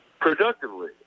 productively